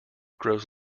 grows